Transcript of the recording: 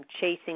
chasing